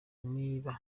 niba